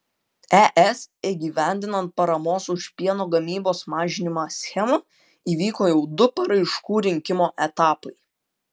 es įgyvendinant paramos už pieno gamybos mažinimą schemą įvyko jau du paraiškų rinkimo etapai